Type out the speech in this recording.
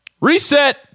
Reset